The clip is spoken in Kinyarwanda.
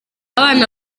abana